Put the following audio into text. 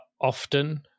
often